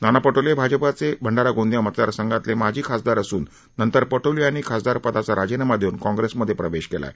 नाना पटोले भाजपाचे भंडारा गोंदिया मतदारसंघातले माजी खासदार असून नंतर पटोले यांनी खासदारपदाचा राजीनामा देऊन काँग्रेसमध्ये प्रवेश केला आहे